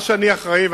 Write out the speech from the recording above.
מה שאני אחראי.